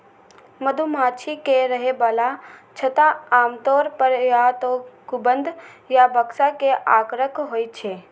मधुमाछी के रहै बला छत्ता आमतौर पर या तें गुंबद या बक्सा के आकारक होइ छै